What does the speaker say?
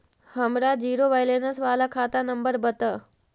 हमर zero balance बाला खाता नम्बर बत?